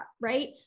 right